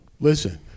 Listen